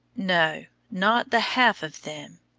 no, not the half of them.